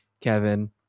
kevin